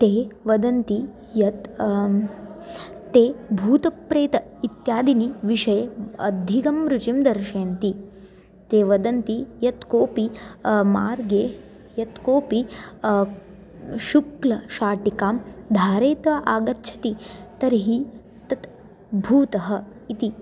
ते वदन्ति यत् ते भूतप्रेतः इत्यादिषु विषयेषु अधिकं रुचिं दर्शयन्ति ते वदन्ति यत्कोऽपि मार्गे यत्कोऽपि शुक्लशाटिकां धारयित्वा आगच्छति तर्हि तत् भूतः इति